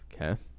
Okay